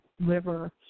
liver